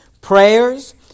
prayers